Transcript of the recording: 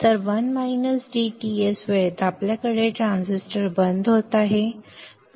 तर 1 - d Ts वेळेत आपल्याकडे ट्रान्झिस्टर बंद होत आहे